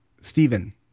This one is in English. Stephen